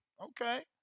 Okay